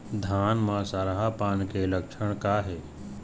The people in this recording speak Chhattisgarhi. धान म सरहा पान के लक्षण का हे?